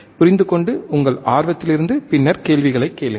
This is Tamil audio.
புரிந்துகொண்டு உங்கள் ஆர்வத்திலிருந்து பின்னர் கேள்விகளைக் கேளுங்கள்